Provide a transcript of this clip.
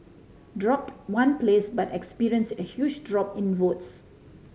drop one place but experience a huge drop in votes